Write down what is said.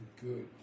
Good